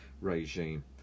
regime